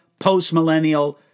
postmillennial